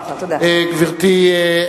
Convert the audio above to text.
תודה רבה.